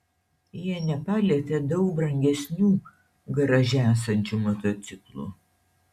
jie nepalietė daug brangesnių garaže esančių motociklų